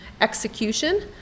execution